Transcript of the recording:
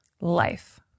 life